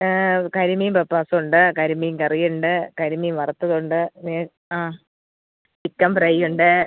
കരിമീൻ പപ്പാസ് ഉണ്ട് കരിമീൻ കറി ഉണ്ട് കരിമീൻ വറുത്തതുണ്ട് പിന്നെ ആ ചിക്കൻ ഫ്രൈ ഉണ്ട്